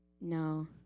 No